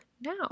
now